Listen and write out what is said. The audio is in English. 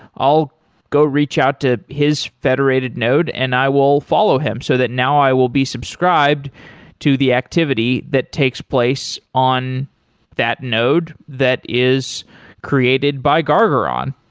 i'll go reach out to his federated node and i will follow him so that now i will be subscribed to the activity that takes place on that node that is created by gargaron.